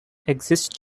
exist